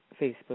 Facebook